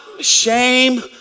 shame